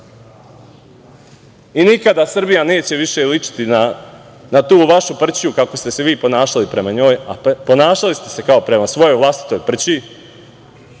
i nikada Srbija više neće ličiti na tu vašu prćiju, kako ste se vi ponašali prema njoj, a ponašali ste se kao prema svojoj vlastitoj prćiji,